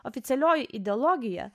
oficialioji ideologija